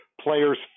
players